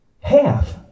Half